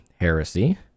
heresy